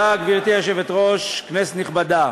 גברתי היושבת-ראש, תודה, כנסת נכבדה,